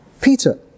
Peter